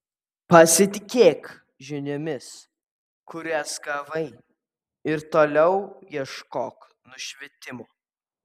pasitikėk žiniomis kurias gavai ir toliau ieškok nušvitimo